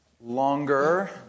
longer